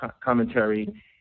commentary